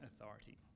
authority